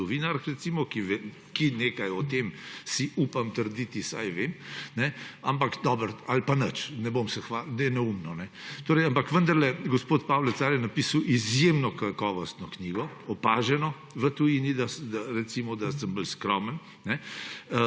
zgodovinar, ki nekaj o tem, si upam trditi, vsaj vem. Ampak dobro, ne bom se hvalil, je neumno, kajne. Ampak vendarle, gospod Pavel Car je napisal izjemno kakovostno knjigo, opaženo v tujini, recimo, da sem bolj skromen,